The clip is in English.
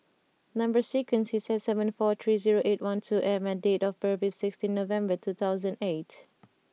number sequence is S seven four three zero eight one two M and date of birth is sixteen November two thousand and eight